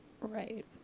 right